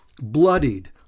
bloodied